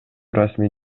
расмий